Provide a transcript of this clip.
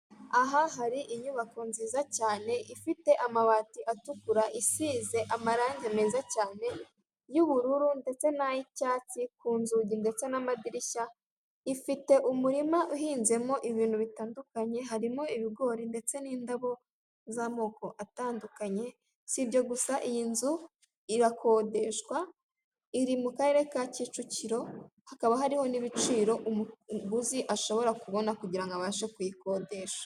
Aha hari inyubako nziza cyane ifite amabati atukura, isize amarange meza cyane y'ubururu ndetse n'ay'icyatsi ku nzugi, ndetse n'amadirishya. Ifite umurima uhinzemo ibintu bitandukanye harimo ibigori, ndetse n'indabo z'amoko atandukanye, si ibyo gusa iyi nzu irakodeshwa, iri mu karere ka Kicukiro, hakaba hariho n'ibiciro, umuguzi ashobora kubona kugira ngo abashe kuyikodesha.